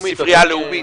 הספרייה הלאומית.